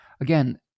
again